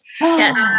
yes